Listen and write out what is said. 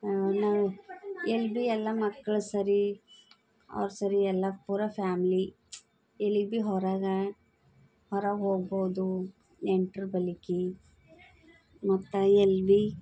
ನಾವು ಎಲ್ಲಿ ಬಿ ಎಲ್ಲ ಮಕ್ಳು ಸರಿ ಅವ್ರು ಸರಿ ಎಲ್ಲ ಪೂರ ಫ್ಯಾಮ್ಲಿ ಎಲ್ಲಿಗೆ ಬಿ ಹೊರಗೆ ಹೊರಗೆ ಹೋಗ್ಬೋದು ನೆಂಟ್ರು ಬಳಿಗೆ ಮತ್ತು ಎಲ್ಲಿ ಬಿ